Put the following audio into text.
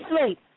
sleep